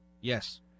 Yes